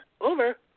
Over